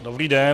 Dobrý den.